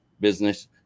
business